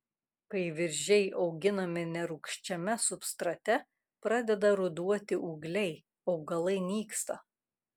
kai viržiai auginami nerūgščiame substrate pradeda ruduoti ūgliai augalai nyksta